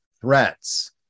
threats